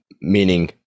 Meaning